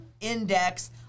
index